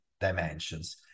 dimensions